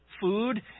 food